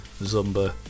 Zumba